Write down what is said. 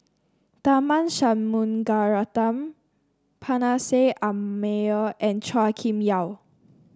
Tharman Shanmugaratnam Meyer and Chua Kim Yeow